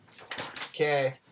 okay